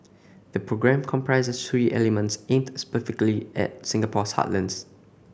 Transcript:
the programme comprises three elements aimed specifically at Singapore's heartlands